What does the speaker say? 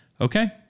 okay